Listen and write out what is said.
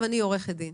נניח שאני עורכת דין